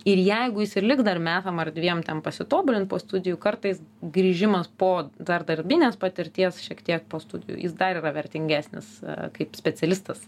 ir jeigu jis ir liks dar metam ar dviem ten pasitobulint po studijų kartais grįžimas po dar darbinės patirties šiek tiek po studijų jis dar yra vertingesnis kaip specialistas